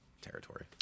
Territory